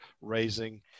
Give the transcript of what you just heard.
raising